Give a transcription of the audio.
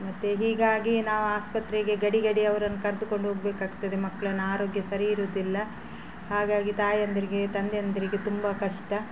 ಮತ್ತು ಹೀಗಾಗಿ ನಾವು ಆಸ್ಪತ್ರೆಗೆ ಗಡಿ ಗಡಿ ಅವ್ರನ್ನು ಕರೆದುಕೊಂಡು ಹೋಗಬೇಕಾಗ್ತದೆ ಮಕ್ಳನ್ನು ಆರೋಗ್ಯ ಸರಿ ಇರೋದಿಲ್ಲ ಹಾಗಾಗಿ ತಾಯಂದಿರಿಗೆ ತಂದೆಯಂದಿರಿಗೆ ತುಂಬ ಕಷ್ಟ